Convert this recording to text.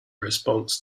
response